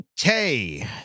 Okay